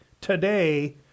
today